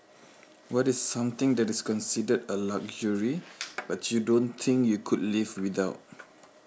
what is something that is considered a luxury but you don't think you could live without